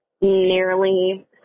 nearly